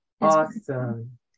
Awesome